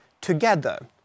together